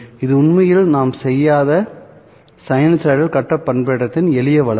இது உண்மையில் நாம் செய்யாத சைனூசாய்டல் கட்ட பண்பேற்றத்தின் எளிய வழக்கு